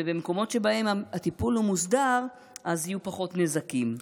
ובמקומות שבהם הטיפול הוא מוסדר יהיו פחות נזקים.